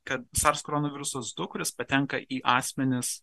kad sars koronavirusas du kuris patenka į asmenis